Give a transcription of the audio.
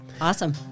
Awesome